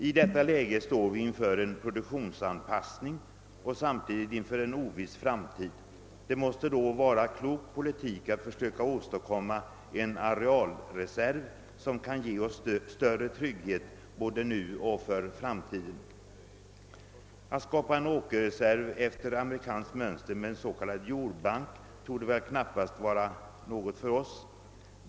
I detta läge står vi inför en produktionsanpassning och samtidigt inför en oviss framtid. Det måste då vara klok politik att försöka åstadkomma en arealreserv, som kan ge oss större trygghet både nu och i framtiden. Att skapa en åkerreserv efter amerikanskt mönster med en så kallad jordbank torde knappast vara något för oss.